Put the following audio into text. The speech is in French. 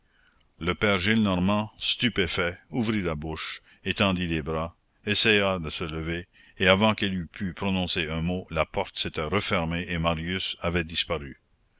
le père gillenormand stupéfait ouvrit la bouche étendit les bras essaya de se lever et avant qu'il eût pu prononcer un mot la porte s'était refermée et marius avait disparu